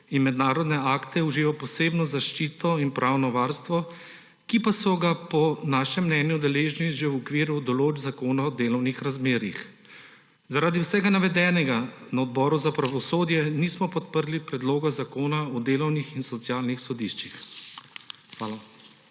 in mednarodne akte uživajo posebno zaščito in pravno varstvo, ki pa so ga po našem mnenju deležni že v okviru določb Zakona o delovnih razmerjih. Zaradi vsega navedenega na Odboru za pravosodje nismo podprli predloga zakona o delovnih in socialnih sodiščih. Hvala.